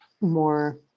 more